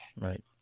Right